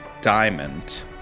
diamond